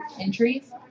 entries